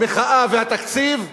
המחאה והתקציב ואירן.